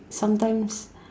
sometimes